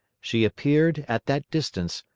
she appeared, at that distance,